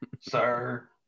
sir